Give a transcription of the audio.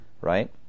Right